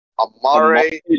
Amare